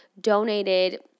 donated